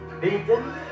beaten